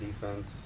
defense